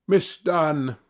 miss dunn,